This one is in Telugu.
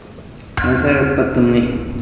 వ్యవసాయ ఉత్పత్తుల్ని